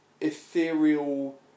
ethereal